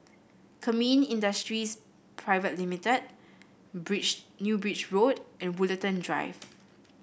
Kemin Industries Pte Limited Bridge New Bridge Road and Woollerton Drive